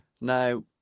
Now